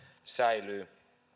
säilyy